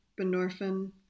buprenorphine